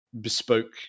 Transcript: bespoke